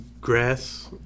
grass